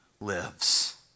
lives